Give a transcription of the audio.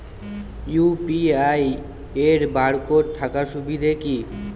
UPI এর barcode থাকার সুবিধে কি?